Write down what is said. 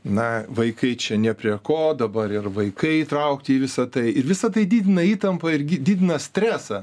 na vaikai čia ne prie ko dabar ir vaikai įtraukti į visa tai ir visa tai didina įtampą irgi didina stresą